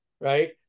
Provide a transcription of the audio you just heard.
right